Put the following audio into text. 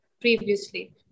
previously